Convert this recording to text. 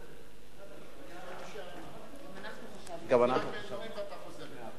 התשע"ב 2012, עברה בקריאה ראשונה.